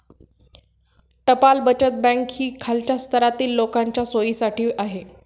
टपाल बचत बँक ही खालच्या स्तरातील लोकांच्या सोयीसाठी आहे